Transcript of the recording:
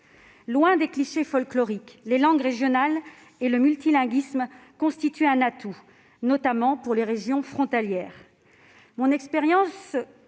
Loin des clichés folkloriques, les langues régionales et le multilinguisme constituent un atout, notamment pour les régions frontalières. Mon expérience